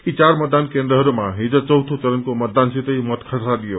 यी चार मतदान केन्द्रहरूमा हिज चौथो चरणको मतदानसितै मत खसालियो